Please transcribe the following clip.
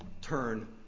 turn